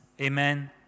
Amen